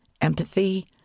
empathy